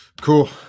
Cool